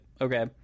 okay